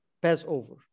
Passover